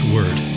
Word